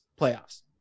playoffs